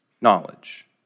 knowledge